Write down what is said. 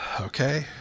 Okay